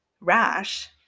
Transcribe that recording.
rash